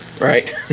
right